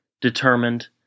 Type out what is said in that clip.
determined